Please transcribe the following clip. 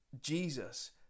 Jesus